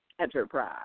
Enterprise